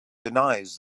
denies